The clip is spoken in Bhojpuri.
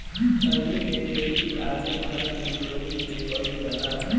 खईनी के खेती आजो भारत मे चोरी से कईल जाला